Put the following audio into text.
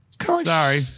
Sorry